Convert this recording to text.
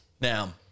Now